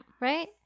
right